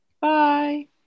Bye